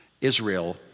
Israel